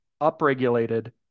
upregulated